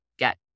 get